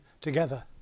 together